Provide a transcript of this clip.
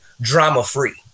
drama-free